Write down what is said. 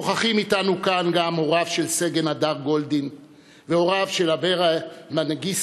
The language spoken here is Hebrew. נוכחים אתנו כאן הוריו של סגן הדר גולדין והוריו של אברה מנגיסטו,